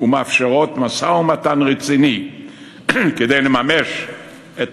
ומאפשרות משא-ומתן רציני כדי לממש את